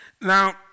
now